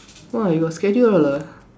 !wah! you got schedule all ah